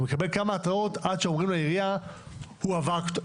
הוא מקבל כמה התראות עד שאומרים לעירייה שהוא עבר כתובת.